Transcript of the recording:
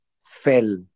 fell